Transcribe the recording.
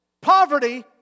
Poverty